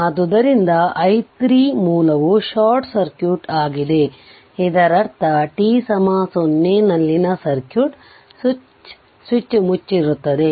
ಆದ್ದರಿಂದ i 3 ಮೂಲವು short circuit ಆಗಿದೆ ಇದರರ್ಥt 0 ನಲ್ಲಿನ ಸರ್ಕ್ಯೂಟ್ ಸ್ವಿಚ್ ಮುಚ್ಚಿರುತ್ತದೆ